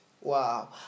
Wow